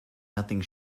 nothing